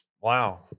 Wow